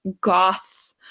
goth